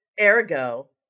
ergo